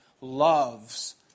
loves